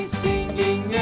singing